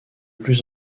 plus